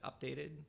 updated